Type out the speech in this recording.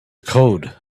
code